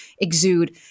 exude